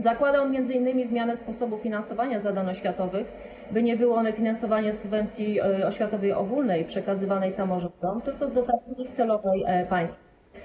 Zakłada on m.in. zmianę sposobu finansowania zadań oświatowych, by nie były one finansowane z subwencji oświatowej ogólnej przekazywanej samorządom, tylko z dotacji celowej państwa.